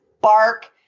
bark